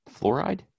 fluoride